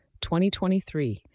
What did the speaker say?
2023